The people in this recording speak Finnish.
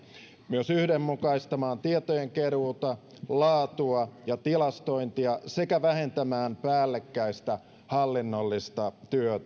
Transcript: myös yhdenmukaistamaan tietojen keruuta laatua ja tilastointia sekä vähentämään päällekkäistä hallinnollista työtä